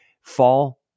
Fall